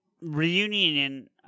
reunion